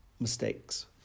mistakes